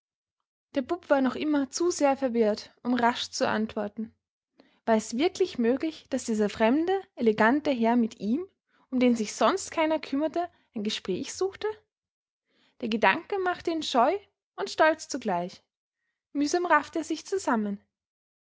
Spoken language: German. der bub war noch immer zu sehr verwirrt um rasch zu antworten war es wirklich möglich daß dieser fremde elegante herr mit ihm um den sich sonst keiner kümmerte ein gespräch suchte der gedanke machte ihn scheu und stolz zugleich mühsam raffte er sich zusammen